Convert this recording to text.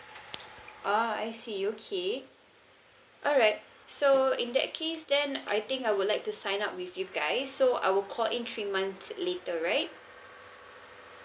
oh I see okay alright so in that case then I think I would like to sign up with you guys so I will call in three months later right